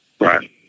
Right